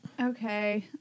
Okay